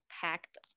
packed